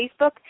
Facebook